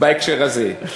בהקשר הזה.